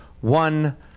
one